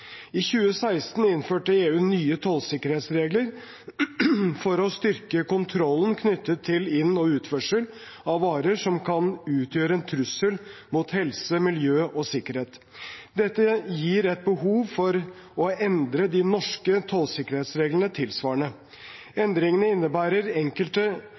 I 2016 innførte EU nye tollsikkerhetsregler for å styrke kontrollen knyttet til inn- og utførsel av varer som kan utgjøre en trussel mot helse, miljø og sikkerhet. Dette gir et behov for å endre de norske tollsikkerhetsreglene tilsvarende. Endringene innebærer enkelte